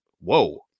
whoa